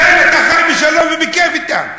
ואתה חי בשלום ובכיף אתם.